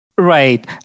Right